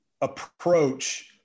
approach